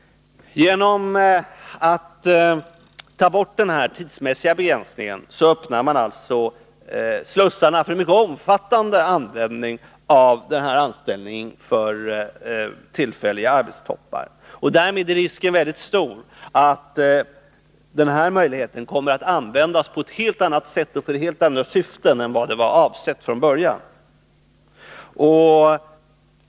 Genom att ta bort den tidsmässiga begränsningen öppnar man slussarna för mycket omfattande användning av anställning för tillfälliga arbetstoppar. Därmed är risken väldigt stor att denna möjlighet kommer att användas på ett helt annat sätt och för helt andra syften än vad som avsetts från början.